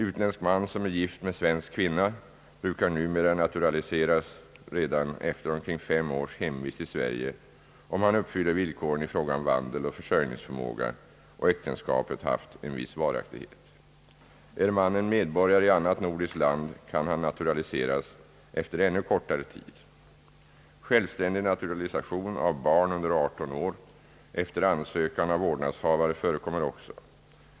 Utländsk man som är gift med svensk kvinna brukar numera naturaliseras redan efter omkring fem års hemvist i Sverige, om han uppfyller villkoren i fråga om vandel och försörjningsförmåga och äktenskapet haft viss varaktighet. är mannen medborgare i annat nordiskt land kan han naturaliseras efter ännu kortare tid. Självständig naturalisation av barn under 18 år efter ansökan av vårdnadshavare förekommer också.